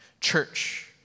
Church